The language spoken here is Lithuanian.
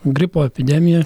gripo epidemija